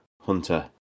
Hunter